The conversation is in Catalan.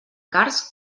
cars